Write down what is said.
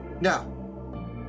Now